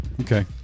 Okay